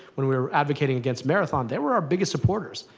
when we were advocating against marathon, they were our biggest supporters.